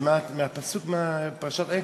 זה פסוק מפרשת עקב.